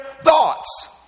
Thoughts